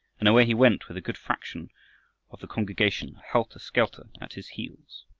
and away he went with a good fraction of the congregation helter-skelter at his heels.